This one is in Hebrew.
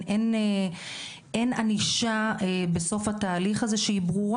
אין ענישה שהיא ברורה בסוף התהליך הזה.